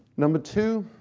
number two,